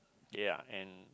ya and